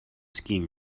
skiing